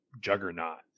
juggernaut